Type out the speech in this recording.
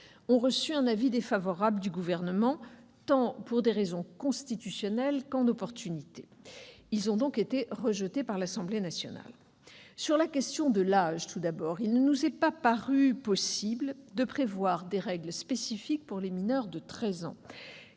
ont reçu un avis défavorable du Gouvernement, tant pour des raisons constitutionnelles qu'en opportunité. Ils ont donc été rejetés par l'Assemblée nationale. Sur la question de l'âge, tout d'abord, il ne nous est pas paru possible de prévoir des règles spécifiques pour les mineurs de treize